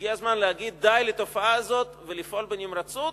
הגיע הזמן להגיד די לתופעה הזאת ולפעול בנמרצות,